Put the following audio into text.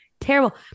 terrible